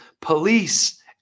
police